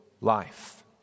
life